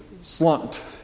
slumped